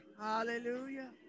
Hallelujah